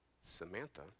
Samantha